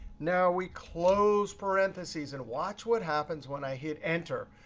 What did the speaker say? now we close parentheses. and watch what happens when i hit enter.